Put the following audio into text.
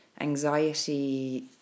anxiety